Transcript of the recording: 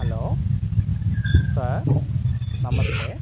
hello sir నమస్తే